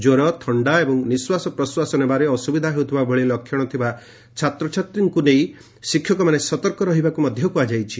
କ୍ୱର ଥଣ୍ଡା ଏବଂ ନିଶ୍ୱାସ ପ୍ରଶ୍ୱାସ ନେବାରେ ଅସୁବିଧା ହେଉଥିବା ଭଳି ଲକ୍ଷଣ ଥିବା ଛାତ୍ରଛାତ୍ରୀଙ୍କୁ ନେଇ ଶିକ୍ଷକମାନେ ସତର୍କ ରହିବାକୁ ମଧ୍ୟ କୁହାଯାଇଛି